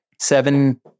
seven